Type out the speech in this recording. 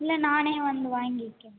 இல்லை நானே வந்து வாங்கிக்கிறேன்